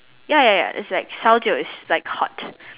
ya ya is like 烧酒 is like hot